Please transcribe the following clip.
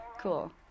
Cool